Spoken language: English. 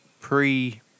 Pre